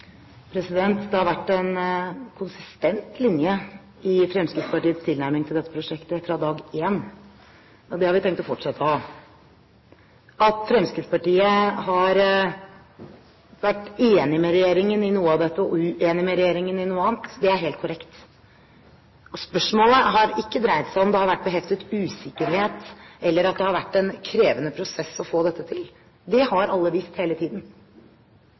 Det har vært en konsistent linje i Fremskrittspartiets tilnærming til dette prosjektet fra dag én. Det har vi tenkt å fortsette å ha. At Fremskrittspartiet har vært enig med regjeringen i noe av dette og uenig med regjeringen i noe annet, er helt korrekt. Spørsmålet har ikke dreid seg om det har heftet usikkerhet ved dette eller at det har vært en krevende prosess å få dette til. Det har alle visst hele tiden.